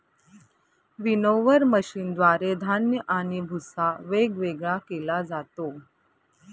winnower मशीनद्वारे धान्य आणि भुस्सा वेगवेगळा केला जातो